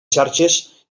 xarxes